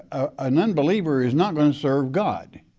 ah an unbeliever is not gonna serve god.